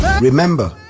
Remember